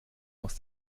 aus